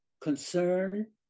concern